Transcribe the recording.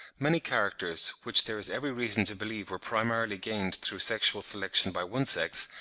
many characters, which there is every reason to believe were primarily gained through sexual selection by one sex,